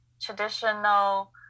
traditional